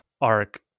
arc